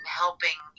helping